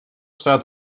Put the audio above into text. staat